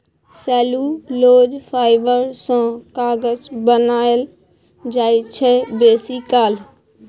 cellulose fibre सँ कागत बनाएल जाइ छै बेसीकाल